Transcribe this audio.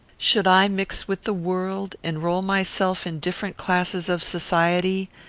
should i mix with the world, enroll myself in different classes of society,